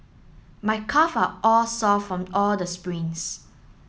my calve are sore from all the sprints